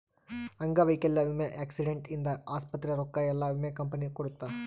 ಅಂಗವೈಕಲ್ಯ ವಿಮೆ ಆಕ್ಸಿಡೆಂಟ್ ಇಂದ ಆಸ್ಪತ್ರೆ ರೊಕ್ಕ ಯೆಲ್ಲ ವಿಮೆ ಕಂಪನಿ ಕೊಡುತ್ತ